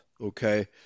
okay